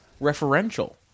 referential